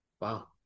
wow